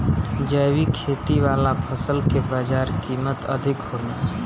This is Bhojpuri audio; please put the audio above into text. जैविक खेती वाला फसल के बाजार कीमत अधिक होला